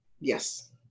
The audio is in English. Yes